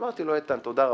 אמרתי לו, איתן, תודה רבה.